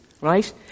right